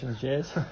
jazz